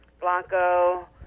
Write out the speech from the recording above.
Blanco